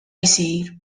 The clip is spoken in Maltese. jsir